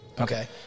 Okay